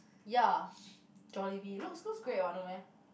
ya Jollibee looks looks great what no meh